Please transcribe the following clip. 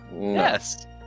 Yes